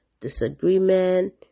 Disagreement